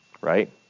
right